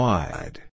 Wide